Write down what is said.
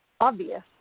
obvious